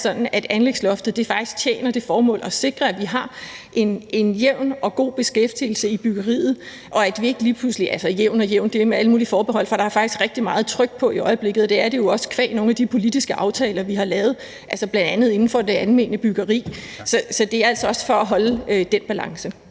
at anlægsloftet faktisk tjener det formål at sikre, at vi har en jævn og god beskæftigelse i byggeriet. Altså, jævn og jævn – det er jo med alle mulige forbehold, for der er faktisk rigtig meget tryk på i øjeblikket, og det er der jo også qua nogle af de politiske aftaler, vi har lavet, bl.a. inden for det almene byggeri. Så det er også for at holde den balance.